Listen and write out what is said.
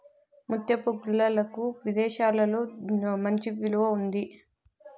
ముత్యపు గుల్లలకు విదేశాలలో మంచి విలువ ఉంది